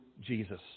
Jesus